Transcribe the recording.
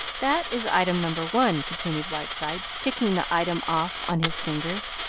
that is item number one, continued whiteside, ticking the item off on his fingers.